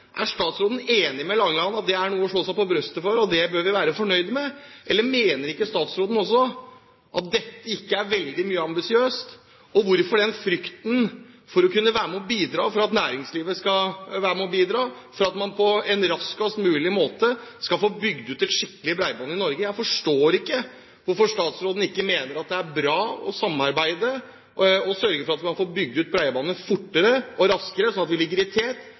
Er statsråden enig med Langeland i at det er noe å slå seg på brystet for og noe vi bør være fornøyd med, eller mener ikke statsråden også at dette ikke er veldig ambisiøst? Og hvorfor har man denne frykten for at næringslivet skal være med og bidra, slik at man på en raskest mulig måte skal få bygd ut et skikkelig bredbånd i Norge? Jeg forstår ikke hvorfor statsråden ikke mener at det er bra å samarbeide og å sørge for at man får bygd ut bredbåndet fortere og raskere, slik at vi ligger i tet,